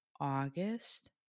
August